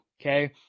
okay